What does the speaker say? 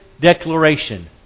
declaration